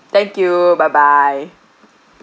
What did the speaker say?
thank you bye bye